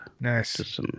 Nice